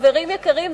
חברים יקרים,